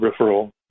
referral